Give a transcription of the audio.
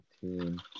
team